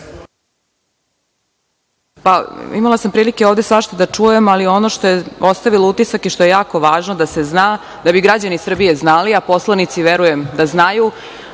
Imala sam prilike ovde svašta da čujem, ali ono što je ostavilo utisak i što je jako važno da se zna, da bi građani Srbije znali, a poslanici verujem da znaju,